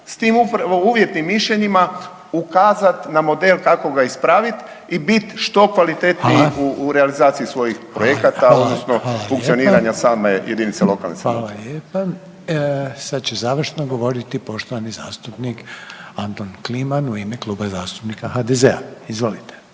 upravo uvjetnim mišljenjima ukazat na model kako ga ispravit i bit što kvalitetniji u realizaciji svojih projekata, odnosno funkcioniranja same jedinice lokalne samouprave. **Reiner, Željko (HDZ)** Hvala lijepa. Sad će završno govoriti poštovani zastupnik Anton Kliman u ime Kluba zastupnika HDZ-a. Izvolite.